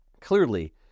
Clearly